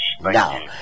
now